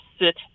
sit